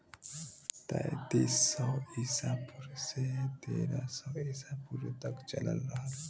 तैंतीस सौ ईसा पूर्व से तेरह सौ ईसा पूर्व तक चलल रहल